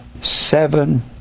seven